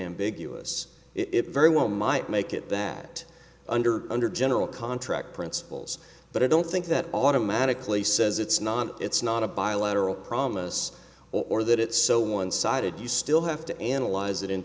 ambiguous it very well might make it that under under general contract principles but i don't think that automatically says it's not it's not a bilateral promise or that it's so one sided you still have to analyze it in